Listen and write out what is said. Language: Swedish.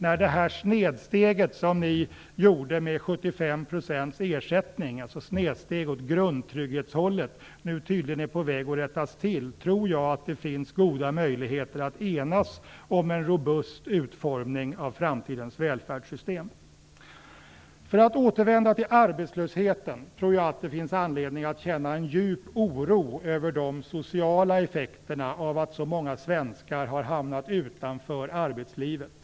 När det här snedsteget som ni gjorde med 75 % ersättning, alltså ett snedsteg åt grundtrygghetshållet, nu tydligen är på väg att rättas till, tror jag att det finns goda möjligheter att enas om en robust utformning av framtidens välfärdssystem. För att återvända till arbetslösheten tror jag att det finns anledning att känna en djup oro över de sociala effekterna av att så många svenskar har hamnat utanför arbetslivet.